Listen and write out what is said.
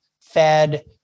Fed